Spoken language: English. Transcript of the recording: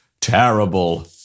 terrible